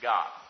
God